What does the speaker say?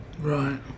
Right